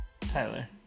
Tyler